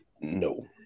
No